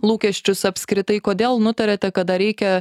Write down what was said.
lūkesčius apskritai kodėl nutarėte kad dar reikia